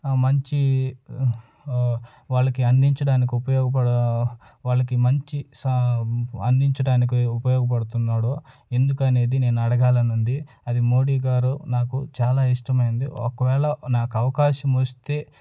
మంచి వాళ్ళకి అందించడానికి ఉపయోగపడ వాళ్ళకి మంచి అందించటానికి ఉపయోగపడుతున్నాడు ఎందుకు అనేది నేను అడగాలని ఉంది అది మోడీ గారు నాకు చాలా ఇష్టమైంది ఒకవేళ నాకు అవకాశం వస్తే